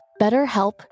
BetterHelp